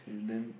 okay then